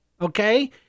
Okay